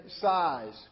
size